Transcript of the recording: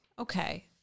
Okay